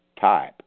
type